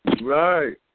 right